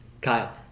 Kyle